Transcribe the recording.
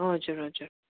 हजुर हजुर